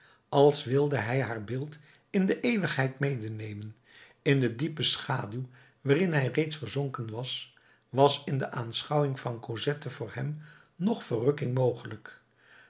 als wilde hij haar beeld in de eeuwigheid medenemen in de diepe schaduw waarin hij reeds verzonken was was in de aanschouwing van cosette voor hem nog verrukking mogelijk